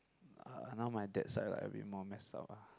uh now my dad side like a bit more messed up ah